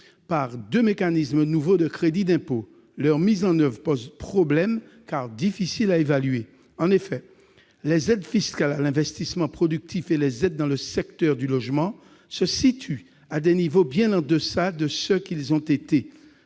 par deux mécanismes nouveaux de crédit d'impôt. Toutefois, leur mise en oeuvre pose problème, car ils sont difficiles à évaluer. En effet, les aides fiscales à l'investissement productif et les aides dans le secteur du logement s'établissent à des niveaux bien inférieurs à ce qu'ils ont été.